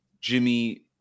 Jimmy